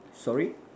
sorry